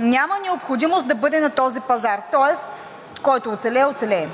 няма необходимост да бъде на този пазар, тоест, който оцелее, оцелее.